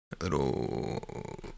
little